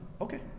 Okay